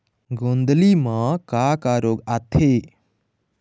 गोंदली म का का रोग आथे?